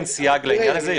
אין סייג לעניין הזה.